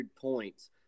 points